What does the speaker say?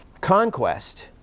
conquest